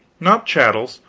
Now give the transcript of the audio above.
not chattels.